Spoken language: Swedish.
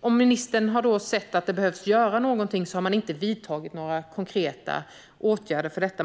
Om ministern har sett att någonting behöver göras har man i alla fall inte vidtagit några konkreta åtgärder för detta.